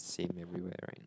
same everywhere I went